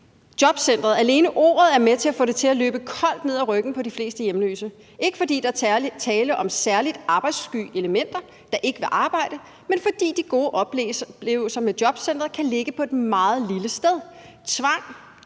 »Jobcenteret! Alene ordet er med til at få det til at løbe koldt ned ad ryggen på de fleste hjemløse. Ikke fordi der er tale om særligt arbejdssky elementer, der ikke vil arbejde, men fordi de gode oplevelser med Jobcentret kan ligge på et meget lille sted.